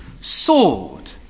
Soared